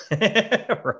Right